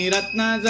Ratna